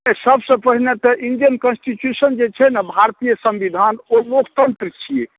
ने सबसे पहिने तऽ इंडियन कॉन्स्टिट्यूशन जे छै ने भारतीय संविधान ओ लोकतंत्र छियै